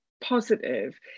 positive